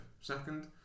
second